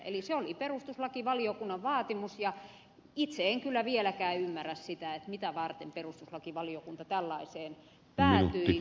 eli se oli perustuslakivaliokunnan vaatimus ja itse en kyllä vieläkään ymmärrä sitä mitä varten perustuslakivaliokunta tällaiseen päätyi